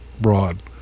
Broad